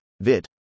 VIT